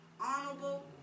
honorable